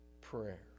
prayer